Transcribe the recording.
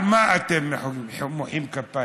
על מה אתם מוחאים כפיים?